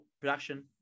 production